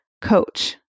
coach